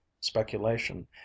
speculation